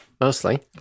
mostly